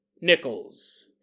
nickels